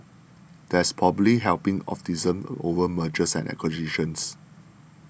that's probably helping optimism over mergers and acquisitions